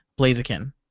Blaziken